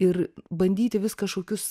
ir bandyti vis kažkokius